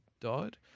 died